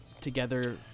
together